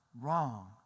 wrong